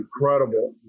incredible